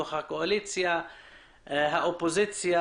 בתוך הקואליציה והאופוזיציה,